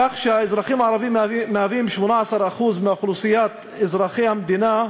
כך שהאזרחים הערבים הם 18% מאוכלוסיית אזרחי המדינה,